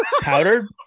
Powdered